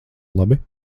labi